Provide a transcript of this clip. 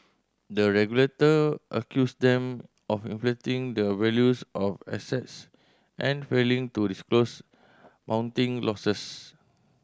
the regulator accused them of inflating the values of assets and failing to disclose mounting losses